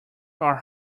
are